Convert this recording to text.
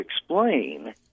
explain